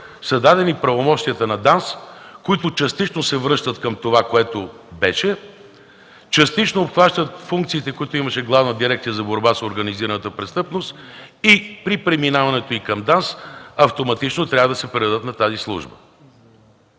са дадени правомощията на ДАНС, които частично се връщат към това, което беше, частично обхващат функциите, които имаше Главна дирекция за борба с организираната престъпност и при преминаването им към ДАНС автоматично трябва да се предадат на тази служба.